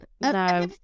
No